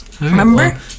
Remember